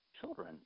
children